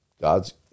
God's